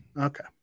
Okay